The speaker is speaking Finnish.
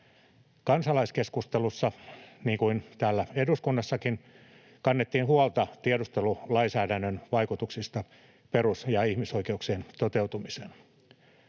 Kansalaiskeskustelussa, niin kuin täällä eduskunnassakin, kannettiin huolta tiedustelulainsäädännön vaikutuksista perus‑ ja ihmisoikeuksien toteutumiseen.